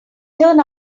turn